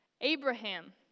Abraham